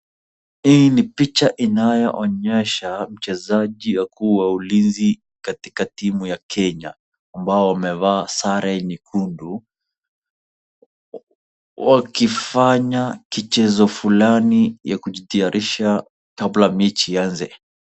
Hii ni picha inayoonyesha wachezaji wakuu wa ulinzi katika timu ya Kenya, ambao wamevaa sare nyekundu, wakifanya kichezo fulani ya kujitayarisha kabla mechi ianze.